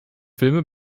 filme